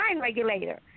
regulator